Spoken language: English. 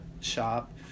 shop